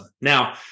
Now